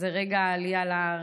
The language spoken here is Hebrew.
היא רגע העלייה לארץ,